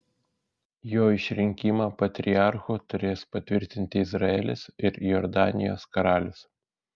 jo išrinkimą patriarchu turės patvirtinti izraelis ir jordanijos karalius